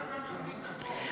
איתן,